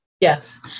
Yes